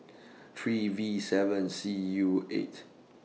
three V seven C U eight